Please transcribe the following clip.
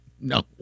No